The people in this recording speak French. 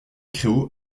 créault